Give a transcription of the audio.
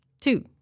two